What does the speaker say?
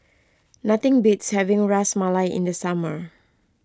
nothing beats having Ras Malai in the summer